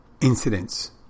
incidents